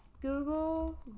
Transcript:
google